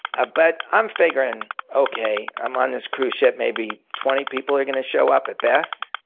ah but i'm figuring okay, i'm on this cruise ship maybe twenty people are going to show up at best.